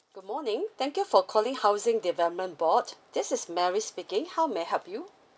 good morning thank you for calling housing development board this is mary speaking how may I help you